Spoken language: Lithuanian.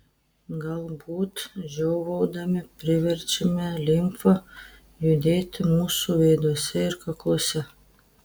galbūt žiovaudami priverčiame limfą judėti mūsų veiduose ir kakluose